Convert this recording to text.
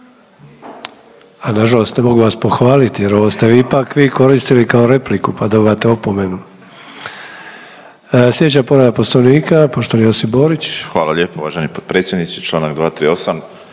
Na žalost ne mogu vas pohvaliti, jer ovo ste ipak vi koristili kao repliku pa dobivate opomenu. Sljedeća povreda Poslovnika poštovani Josip Borić. **Borić, Josip (HDZ)** Hvala lijepo uvaženi potpredsjedniče. Članak 238.